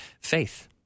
faith